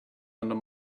under